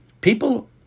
People